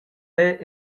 era